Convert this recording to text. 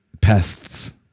pests